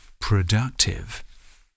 productive